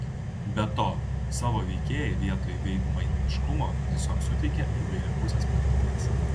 be to savo veikėjai vietoj veidmainiškumo tiesiog suteikia įvairiapusės patirties